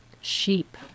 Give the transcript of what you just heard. Sheep